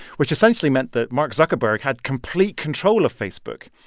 which essentially meant that mark zuckerberg had complete control of facebook.